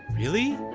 really?